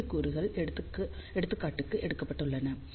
5 கூறுகள் எடுத்துக்காட்டுக்கு எடுக்கப்பட்டுள்ளது